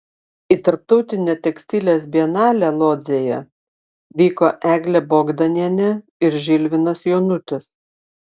į tarptautinę tekstilės bienalę lodzėje vyko eglė bogdanienė ir žilvinas jonutis